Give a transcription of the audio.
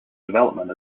development